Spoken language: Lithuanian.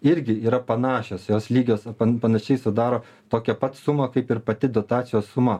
irgi yra panašios jos lygios ar panašiai sudaro tokią pat sumą kaip ir pati dotacijos suma